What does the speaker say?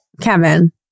Kevin